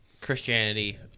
Christianity